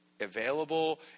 available